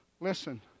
Listen